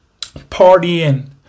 partying